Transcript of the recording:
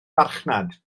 farchnad